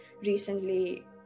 recently